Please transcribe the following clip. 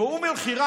היושבת-ראש.